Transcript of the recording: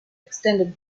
extended